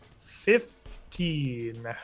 Fifteen